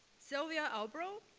sylvia albro,